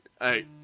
Hey